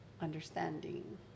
understanding